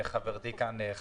אמרתי שאני מברך את היוזמה,